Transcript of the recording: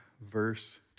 verse